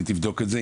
היא תבדוק את זה,